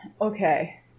okay